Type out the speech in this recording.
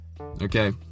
Okay